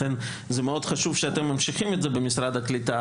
לכן מאוד חשוב שאתם ממשיכים את זה במשרד הקליטה